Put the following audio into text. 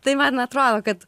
tai man atrodo kad